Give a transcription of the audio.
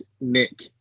Nick